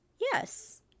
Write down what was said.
Yes